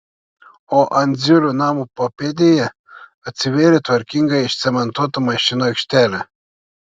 o andziulių namo papėdėje atsivėrė tvarkingai išcementuota mašinų aikštelė